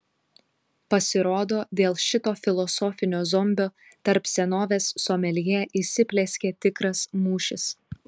pasirodo dėl šito filosofinio zombio tarp senovės someljė įsiplieskė tikras mūšis